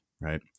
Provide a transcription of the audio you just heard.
right